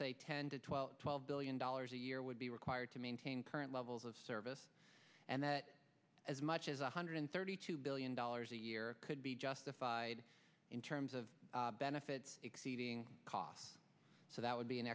say ten to twelve twelve billion dollars a year would be required to maintain current levels of service and that as much as one hundred thirty two billion dollars a year could be justified in terms of benefits exceeding cough so that would be an